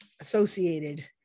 associated